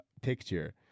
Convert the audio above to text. picture